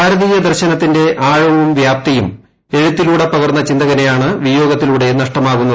ഭാരതീയ ദർശനത്തിന്റെ ആഴവും വ്യാപ്തിയും ഏഴുത്തിലൂടെ പകർന്ന ചിന്തകനെയാണ് വിയോഗത്തിലൂടെ നഷ്ടമാകുന്നത്